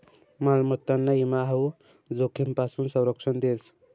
मालमत्ताना ईमा हाऊ जोखीमपासून संरक्षण देस